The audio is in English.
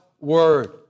word